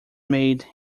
made